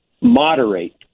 moderate